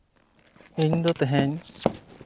ᱤᱧᱫᱚ ᱛᱮᱦᱤᱧ